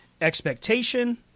expectation